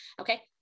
Okay